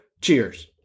Cheers